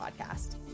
podcast